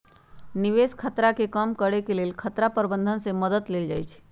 निवेश खतरा के कम करेके लेल खतरा प्रबंधन के मद्दत लेल जाइ छइ